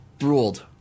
ruled